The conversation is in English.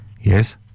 Yes